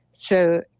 so,